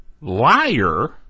liar